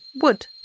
Wood